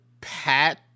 Pat